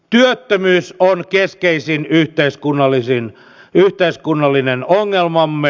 työttömyys on keskeisin yhteiskunnallinen ongelmamme